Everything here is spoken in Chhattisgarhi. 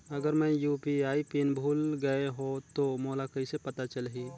अगर मैं यू.पी.आई पिन भुल गये हो तो मोला कइसे पता चलही?